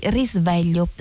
risveglio